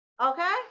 Okay